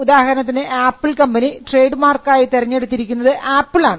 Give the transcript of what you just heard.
ഉദാഹരണത്തിന് Apple company trademark ആയി തെരഞ്ഞെടുത്തിരിക്കുന്നത് ആപ്പിളാണ്